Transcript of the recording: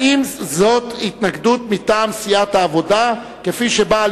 האם זאת התנגדות מטעם סיעת העבודה שבאה